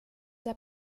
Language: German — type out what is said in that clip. der